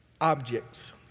objects